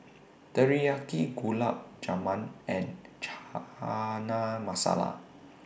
Teriyaki Gulab Jamun and Chana Masala